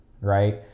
right